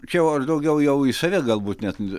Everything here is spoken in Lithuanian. čia jau aš daugiau jau į save galbūt net